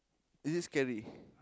is it scary